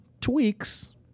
tweaks